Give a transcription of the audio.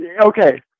Okay